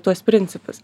tuos principus